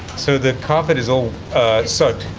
so the carpet is all soaked.